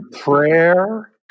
prayer